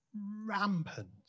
Rampant